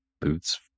boots